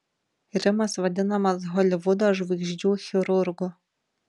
rimas vadinamas holivudo žvaigždžių chirurgu